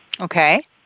Okay